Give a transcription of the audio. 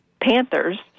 panthers